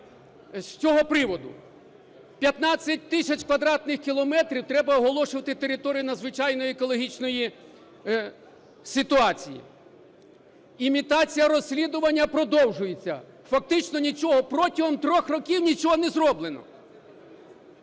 з цього приводу? 15 тисяч квадратних кілометрів треба оголошувати територією надзвичайної екологічної ситуації. Імітація розслідування продовжується. Фактично нічого, протягом 3 років нічого не зроблено.